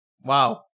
Wow